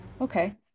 Okay